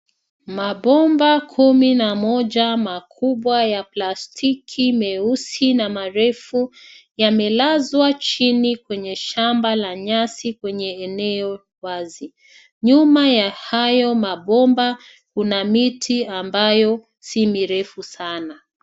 Mabomba kumi na moja makubwa ya plastiki meusi na marefu yamelazwa chini kwenye shamba la nyasi kwenye eneo wazi. Nyuma ya hayo mabomba kuna miti ambayo si mirefu sana.